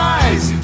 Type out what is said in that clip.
eyes